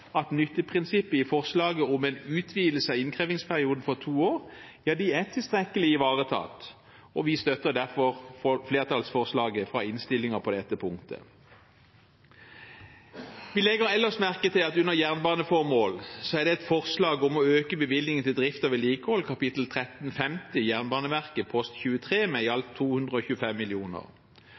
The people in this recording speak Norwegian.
at nytteprinsippet i forslaget om en utvidelse av innkrevingsperioden på to år, er tilstrekkelig ivaretatt. Vi støtter derfor flertallsforslaget fra innstillingen på dette punktet. Vi legger ellers merke til at det under jernbaneformål er et forslag om å øke bevilgningen til drift og vedlikehold, kap. 1350, Jernbaneverket, post 23, med i alt 225